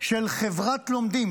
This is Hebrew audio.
של חברת לומדים,